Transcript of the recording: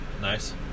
Nice